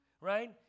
right